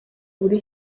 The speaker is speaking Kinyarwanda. buri